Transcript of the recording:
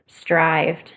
strived